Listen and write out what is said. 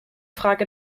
frage